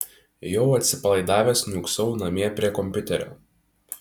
jau atsipalaidavęs niūksau namie prie kompiuterio